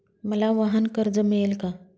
मला वाहनकर्ज मिळेल का?